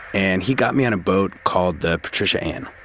and he got me on a boat called the patricia ann.